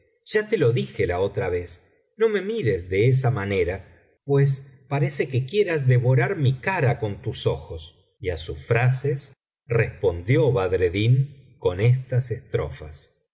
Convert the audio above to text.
ya te lo dije la otra vez no me mires de esa manera pues parece que quieras devorar mi cara con tus ojos y á sus frases respondió badreddin con estas estrofas